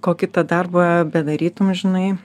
kokį tą darbą bedarytum žinai